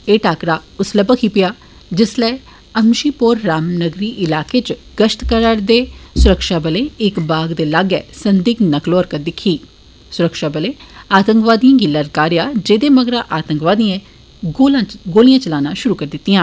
ए टाकरा उस्सलै भखी पेया जिस्सलै अमशीपोर रामनगरी इलाके च गश्त करा रदे स्रक्षाबले इक बाग दे लागे संदग्धि नक्लोहरकत दिक्खी स्रक्षाबलें आतंकवादियें गी ललकारेया जेदे मगरा आतंकवादियें गोलियां चलाना श्रु करी दितियां